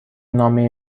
نامه